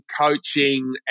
coaching